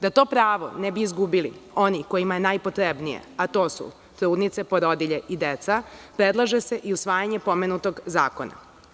Da to pravo ne bi izgubili, oni kojima je najpotrebnije, a to su trudnice, porodilje i deca predlaže se i usvajanje pomenutog zakona.